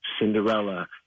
Cinderella